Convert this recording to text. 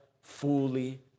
fully